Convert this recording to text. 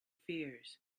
fears